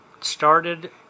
started